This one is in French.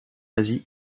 asie